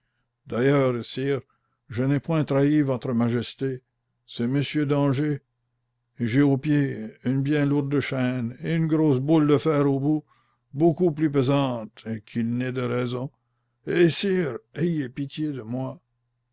d'ailleurs sire je n'ai point trahi votre majesté c'est monsieur d'angers et j'ai au pied une bien lourde chaîne et une grosse boule de fer au bout beaucoup plus pesante qu'il n'est de raison hé sire ayez pitié de moi